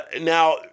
Now